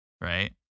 right